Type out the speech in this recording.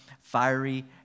fiery